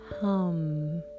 hum